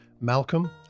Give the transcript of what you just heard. malcolm